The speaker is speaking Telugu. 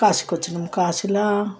కాశీకి వచ్చినాం కాశీలో